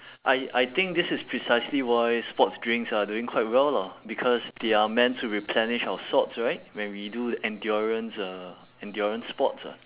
I I think this is precisely why sports drinks are doing quite well lah because they are meant to replenish our salts right when we do endurance uh endurance sports ah